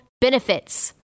benefits